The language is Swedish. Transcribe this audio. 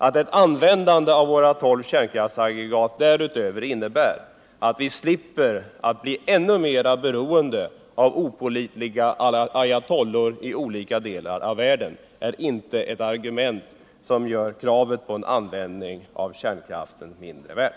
Att ett användande av våra tolv kärnkraftsaggregat därutöver innebär att vi slipper bli ännu mera beroende av opålitliga ayatollor i olika delar av världen är inte ett argument som gör kravet på en användning av kärnkraften mindre värt.